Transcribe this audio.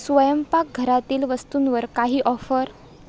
स्वयंपाकघरातील वस्तूंवर काही ऑफर